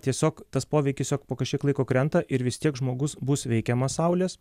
tiesiog tas poveikis jo po kažkiek laiko krenta ir vis tiek žmogus bus veikiamas saulės